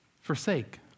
forsake